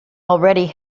already